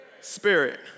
spirit